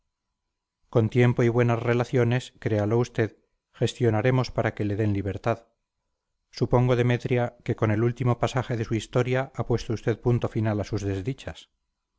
con tiempo y buenas relaciones créalo usted gestionaremos para que le den libertad supongo demetria que con el último pasaje de su historia ha puesto usted punto final a sus desdichas